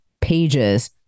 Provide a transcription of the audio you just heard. pages